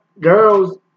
Girls